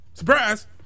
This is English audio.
Surprise